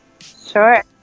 sure